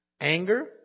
Anger